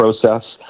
process